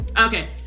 Okay